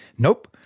nope,